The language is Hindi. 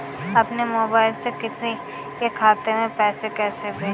अपने मोबाइल से किसी के खाते में पैसे कैसे भेजें?